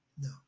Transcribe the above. No